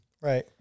Right